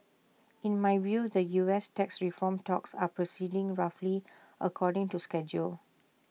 in my view the us tax reform talks are proceeding roughly according to schedule